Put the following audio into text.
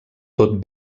tot